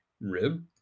rib